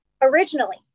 originally